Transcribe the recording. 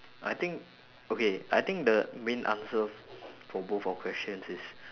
I think okay I think the main answer for both our questions is